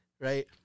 right